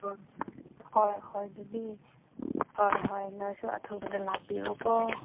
ꯍꯣꯏ ꯍꯣꯏ ꯍꯣꯏ ꯑꯗꯨꯗꯤ ꯍꯣꯏ ꯍꯣꯏ ꯅꯣꯏꯁꯨ ꯑꯊꯨꯕꯗ ꯂꯥꯛꯄꯤꯔꯣꯀꯣ